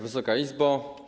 Wysoka Izbo!